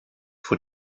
vor